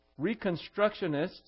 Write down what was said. Reconstructionists